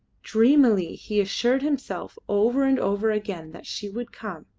dreamily he assured himself over and over again that she would come,